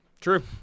True